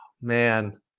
man